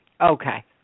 Okay